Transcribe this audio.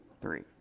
Three